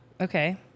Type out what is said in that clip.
Okay